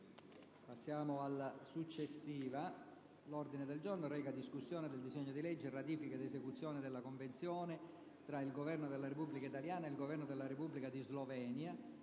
passiamo al successivo